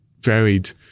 varied